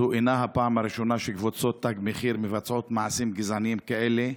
זו אינה הפעם הראשונה שקבוצות תג מחיר מבצעות מעשים גזעניים כאלה,